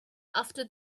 after